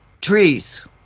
Trees